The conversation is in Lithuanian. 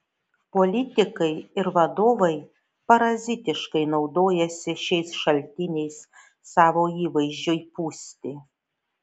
politikai ir vadovai parazitiškai naudojasi šiais šaltiniais savo įvaizdžiui pūsti